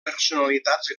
personalitats